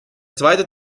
zweite